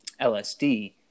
LSD